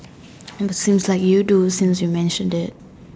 and seems like you do since you mentioned it